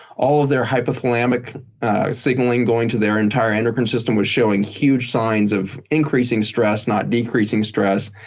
all of their hypothalamic signaling going to their entire endocrine system was showing huge signs of increasing stress, not decreasing stress.